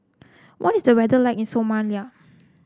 what is the weather like in Somalia